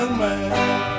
man